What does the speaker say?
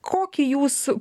kokį jūs